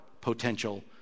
potential